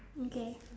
okay